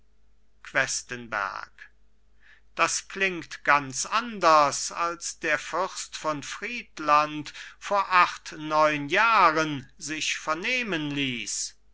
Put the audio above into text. questenberg das klingt ganz anders als der fürst von friedland vor acht neun jahren sich vernehmen ließ